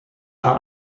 paar